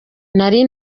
nari